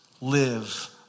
Live